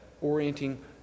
orienting